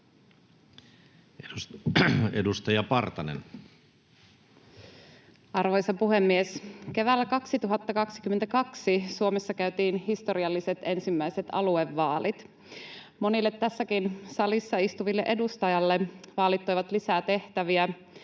Edustaja Partanen. Arvoisa puhemies! Keväällä 2022 Suomessa käytiin historialliset ensimmäiset aluevaalit. Monille tässäkin salissa istuville edustajille vaalit toivat lisää tehtäviä,